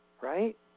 Right